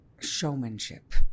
showmanship